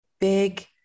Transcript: big